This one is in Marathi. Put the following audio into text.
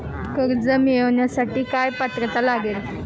कर्ज मिळवण्यासाठी काय पात्रता लागेल?